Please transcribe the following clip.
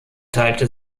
teilte